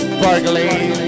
Sparkling